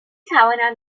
توانم